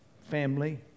family